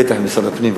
בטח במשרד הפנים,